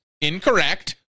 incorrect